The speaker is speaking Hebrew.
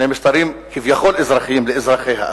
שני משטרים כביכול אזרחיים לאזרחיה,